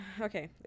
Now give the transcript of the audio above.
okay